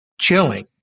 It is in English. chilling